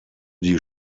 die